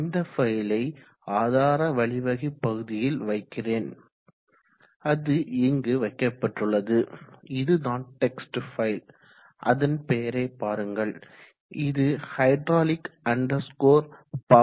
இந்த ஃபைலை ஆதார வழிவகை பகுதியில் வைக்கிறேன் அது இங்கு வைக்கப்பட்டுள்ளது இதுதான் டெக்ஸ்ட் ஃபைல் அதன் பெயரை பாருங்கள் இது ஹைட்ராலிக் பவர்